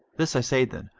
this i say then,